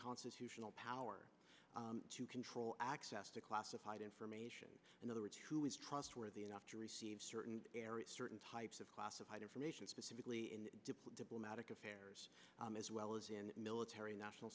constitutional power to control access to classified information in other words who is trustworthy enough to receive certain certain types of classified information specifically in diplomatic affairs as well as in military national